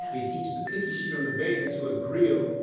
it heats the cookie sheet on the bed into a grill.